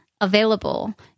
available